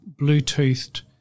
Bluetoothed